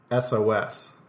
SOS